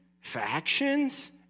factions